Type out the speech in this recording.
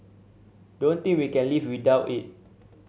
don't think we can live without it